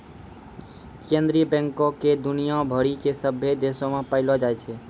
केन्द्रीय बैंको के दुनिया भरि के सभ्भे देशो मे पायलो जाय छै